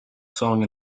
song